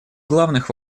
главных